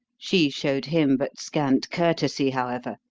she showed him but scant courtesy, however,